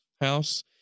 house